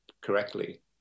correctly